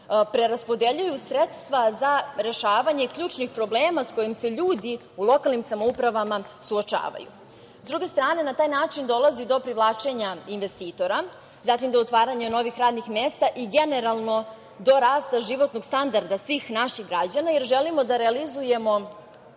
preraspodeljuju sredstva za rešavanje ključnih problema sa kojima se ljudi u lokalnim samoupravama suočavaju.S druge strane, na taj način dolazi do privlačenja investitora, zatim do otvaranja novih radnih mesta i generalno do rasta životnog standarda svih naših građana, jer želimo da realizujemo